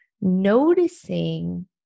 noticing